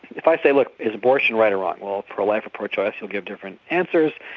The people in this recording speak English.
if i say, look, is abortion right or wrong? well, pro-life or pro-choice will give different answers.